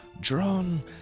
Drawn